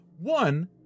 One